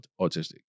autistic